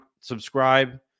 Subscribe